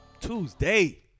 Tuesday